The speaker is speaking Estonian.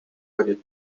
oli